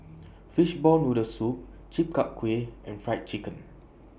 Fishball Noodle Soup Chi Kak Kuih and Fried Chicken